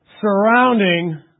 surrounding